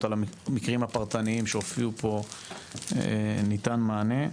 על המקרים הפרטניים שהופיעו פה ניתן מענה,